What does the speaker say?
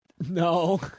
No